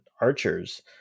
Archer's